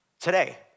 Today